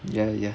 ya ya